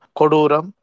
koduram